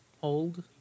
hold